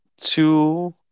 two